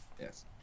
Yes